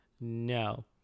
No